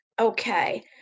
okay